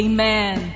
Amen